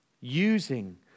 using